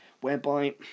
Whereby